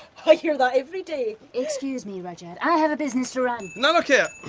i hear that every day! excuse me, rudyard, i have a business to run. now like yeah